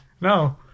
No